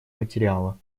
материала